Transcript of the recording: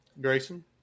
Grayson